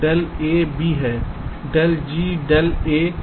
del g del a bb बार है